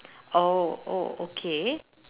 oh oh okay